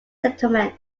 settlement